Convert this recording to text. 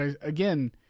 again